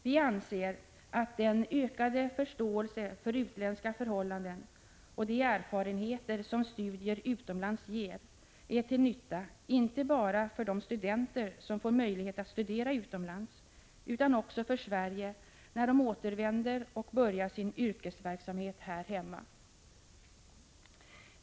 Vi anser att den ökade förståelse för utländska förhållanden och de erfarenheter som studier utomlands ger är till nytta, inte bara för de studenter som får möjlighet att studera utomlands, utan också för Sverige när de återvänder och börjar sin yrkesverksamhet här hemma.